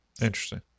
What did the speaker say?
Interesting